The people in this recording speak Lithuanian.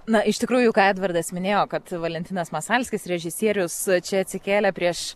na iš tikrųjų ką edvardas minėjo kad valentinas masalskis režisierius čia atsikėlė prieš